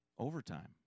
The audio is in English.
overtime